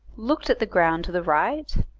looked at the ground to the right,